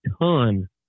ton